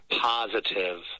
positive